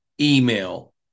email